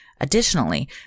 Additionally